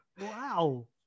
wow